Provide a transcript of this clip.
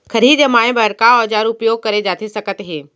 खरही जमाए बर का औजार उपयोग करे जाथे सकत हे?